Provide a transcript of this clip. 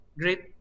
great